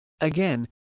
Again